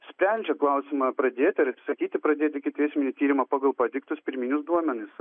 sprendžia klausimą pradėti ar atsisakyti pradėti ikiteisminį tyrimą pagal pateiktus pirminius duomenis